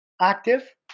active